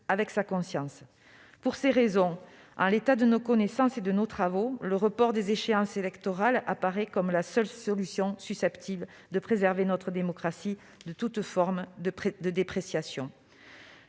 avec sa conscience. Pour ces raisons, en l'état de nos connaissances et de nos travaux, le report des échéances électorales apparaît comme la seule solution susceptible de préserver notre démocratie de toute forme de dépréciation.